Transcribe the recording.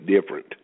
different